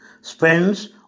spends